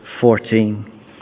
fourteen